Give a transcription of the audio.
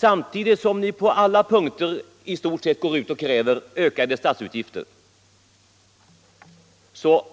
Samtidigt som ni på borgerligt håll på alla punkter i stort sett kräver ökade statsutgifter,